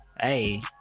hey